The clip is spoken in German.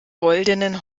goldenen